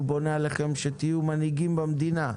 בונה עליכם שתהיו מנהיגים במדינה.